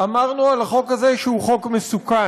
אמרנו על החוק הזה שהוא חוק מסוכן.